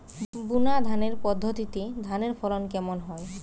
বুনাধানের পদ্ধতিতে ধানের ফলন কেমন?